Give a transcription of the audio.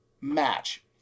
match